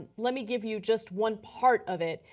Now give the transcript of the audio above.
ah let me give you just one part of it.